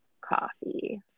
coffee